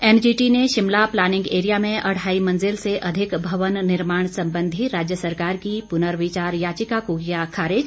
NGT ने Shimla planning area में अढ़ाई मंजिल से अधिक भवन निर्माण संबंधी राज्य सरकार की पुर्नविचार याचिका को किया खारिज